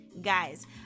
Guys